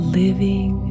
living